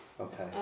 Okay